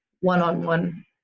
one-on-one